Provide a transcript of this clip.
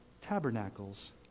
Tabernacles